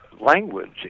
language